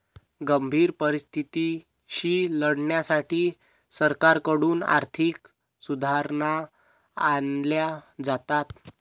गंभीर परिस्थितीशी लढण्यासाठी सरकारकडून आर्थिक सुधारणा आणल्या जातात